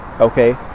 Okay